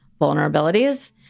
vulnerabilities